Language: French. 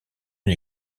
une